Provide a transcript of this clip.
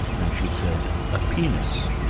and she said, a penis.